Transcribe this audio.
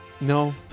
No